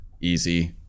easy